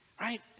Right